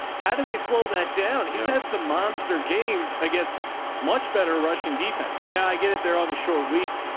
how do they slow that down? he's had some monster games against much better rushing defenses. now i get it. they're on the short week,